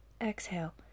Exhale